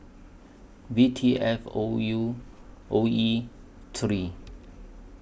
V T F O U O E three